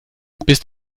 bist